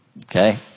Okay